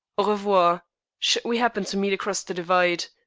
au revoir, should we happen to meet across the divide.